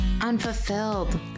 unfulfilled